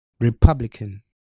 Republican